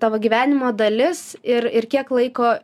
tavo gyvenimo dalis ir ir kiek laiko